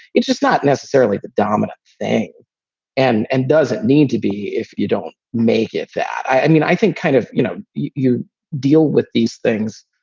it's just not necessarily dominant. and and does it need to be if you don't make it that? i mean, i think kind of, you know, you deal with these things.